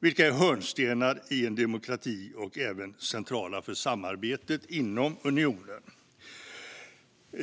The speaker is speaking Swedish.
De är hörnstenar i en demokrati och även centrala för samarbetet inom unionen.